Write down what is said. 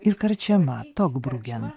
ir karčiama togbrugena